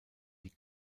die